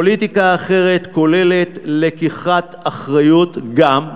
פוליטיקה אחרת כוללת לקיחת אחריות גם,